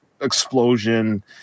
explosion